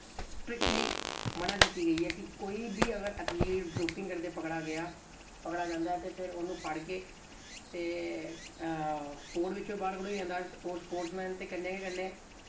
strictly मना कीती गेई ऐ कि कोई बी अगर एथलीट डोपिंग करदे पकड़ा गेआ पकड़ा जंदा ऐ ते फिर ओह्नू फड़ के ते स्पोर्ट बिच्चों बी बाह्र कड्ढेआ जंदा ओ स्पोर्ट्समैन ते कन्नै गै कन्नै